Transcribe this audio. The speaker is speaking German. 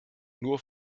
nur